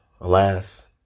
Alas